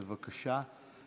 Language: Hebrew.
בבקשה.